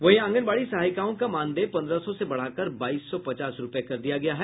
वहीं आंगनबाड़ी सहायिकाओं का मानदेय पंद्रह सौ से बढ़ाकर बाईस सौ पचास रूपये कर दिया गया है